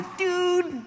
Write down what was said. dude